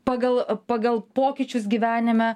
pagal pagal pokyčius gyvenime